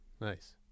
nice